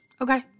Okay